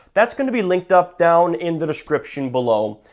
that's gonna be linked up down in the description below.